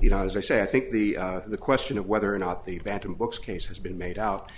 you know as i say i think the the question of whether or not the bantam books case has been made out